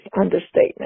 understatement